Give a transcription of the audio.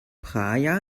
praia